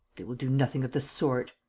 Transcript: they will do nothing of the sort.